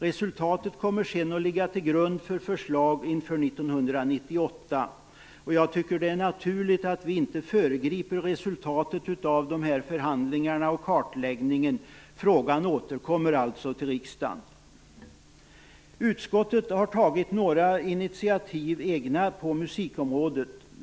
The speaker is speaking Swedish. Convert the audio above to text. Resultatet kommer sedan att ligga till grund för förslag inför 1998. Jag tycker att det är naturligt att vi inte föregriper resultatet av dessa förhandlingar och kartläggningen. Frågan återkommer alltså till riksdagen. Utskottet har tagit några egna initiativ på musikområdet.